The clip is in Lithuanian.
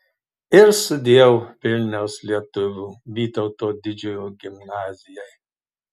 ir sudiev vilniaus lietuvių vytauto didžiojo gimnazijai